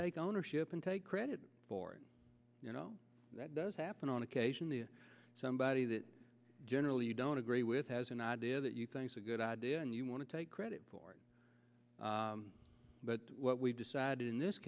take ownership and take credit for it you know that does happen on occasion the somebody that generally you don't agree with has an idea that you think's a good idea and you want to take credit for it but what we decided in this